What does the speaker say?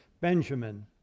Benjamin